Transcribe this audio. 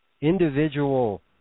individual